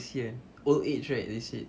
kesian old age right they said